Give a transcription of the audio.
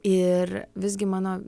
ir visgi mano